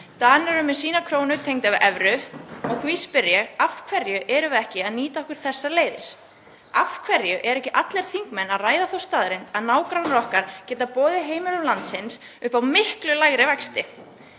Danir eru með sína krónu tengda við evru og því spyr ég: Af hverju erum við ekki að nýta okkur þessar leiðir? Af hverju eru ekki allir þingmenn að ræða þá staðreynd að nágrannar okkar geta boðið heimilum landsins upp á miklu lægri vexti?